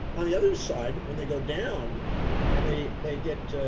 on the other side when they go down and they, they get